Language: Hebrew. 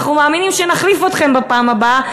אנחנו מאמינים שנחליף אתכם בפעם הבאה,